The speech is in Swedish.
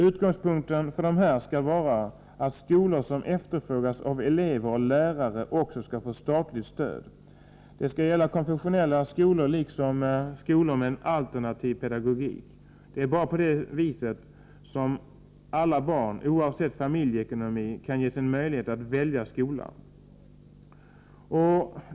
Utgångspunkten för dessa skall vara att skolor som efterfrågas av elever och lärare också skall få statligt stöd. Konfessionella skolor skall kunna få bidrag, liksom skolor med alternativ pedagogik. Det är bara på så sätt som alla barn oavsett familjeekonomi kan ges möjlighet att välja skola. Herr talman!